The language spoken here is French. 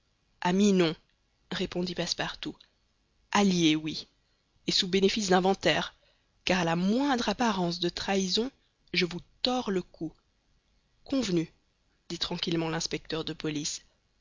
amis non répondit passepartout alliés oui et sous bénéfice d'inventaire car à la moindre apparence de trahison je vous tords le cou convenu dit tranquillement l'inspecteur de police